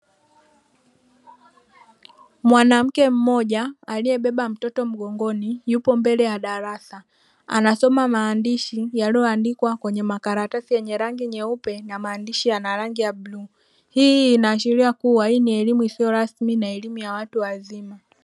Mwanamke mmoja aliyebeba mtoto mgongoni yupo mbele ya darasa, anasoma maandishi yaliyoandikwa kwenye makaratasi yenye rangi nyeupe na maandishi yana rangi ya bluu. Hii inaashiria kuwa hii ni elimu isiyo rasmi na elimu ya watu wazima.